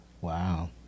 Wow